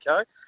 okay